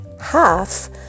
half